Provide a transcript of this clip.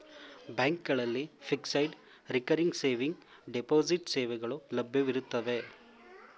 ಬ್ಯಾಂಕ್ಗಳಲ್ಲಿ fixed, recurring saving, deposit ಸೇವೆಗಳು ಲಭ್ಯವಿರುತ್ತವೆ